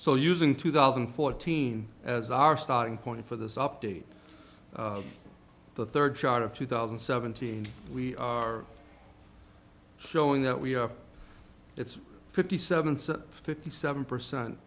so using two thousand and fourteen as our starting point for this update the third shot of two thousand and seventeen we are showing that we have it's fifty seven said fifty seven percent